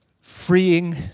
freeing